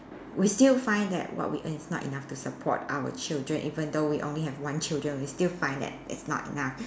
we still find that what we earn is not enough to support our children even though we only have one children we still find that it's not enough